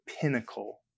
pinnacle